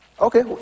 Okay